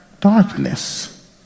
darkness